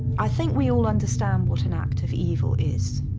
i think we all understand what an act of evil is,